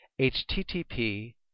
HTTP